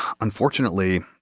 unfortunately